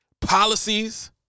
policies